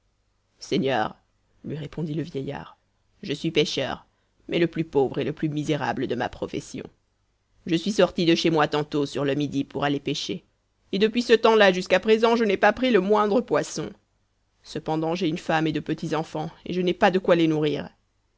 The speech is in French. seigneur lui répondit le vieillard je suis pêcheur mais le plus pauvre et le plus misérable de ma profession je suis sorti de chez moi tantôt sur le midi pour aller pêcher et depuis ce temps-là jusqu'à présent je n'ai pas pris le moindre poisson cependant j'ai une femme et de petits enfants et je n'ai pas de quoi les nourrir